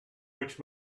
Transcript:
which